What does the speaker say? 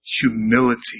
humility